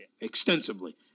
extensively